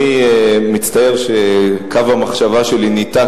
אני מצטער שקו המחשבה שלי ניתק,